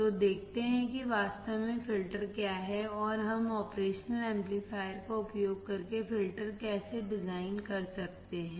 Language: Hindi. तो देखते हैं कि वास्तव में फ़िल्टर क्या हैं और हम ऑपरेशनल एमप्लीफायर का उपयोग करके फ़िल्टर कैसे डिज़ाइन कर सकते हैं